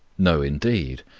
no, indeed.